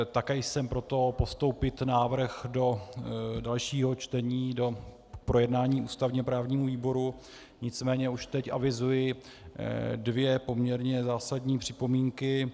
Také jsem pro to postoupit návrh do dalšího čtení k projednání ústavněprávnímu výboru, nicméně už teď avizuji dvě poměrně zásadní připomínky.